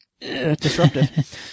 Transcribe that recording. disruptive